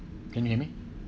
can you hear me